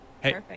Hey